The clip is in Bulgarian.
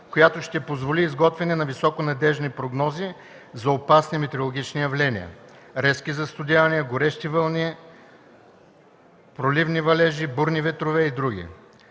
която ще позволи изготвяне на високонадеждни прогнози за опасни метеорологични явления – резки застудявания, горещи вълни, проливни валежи, бурни ветрове и други.